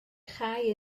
chau